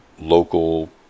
local